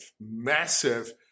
massive